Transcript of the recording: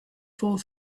fall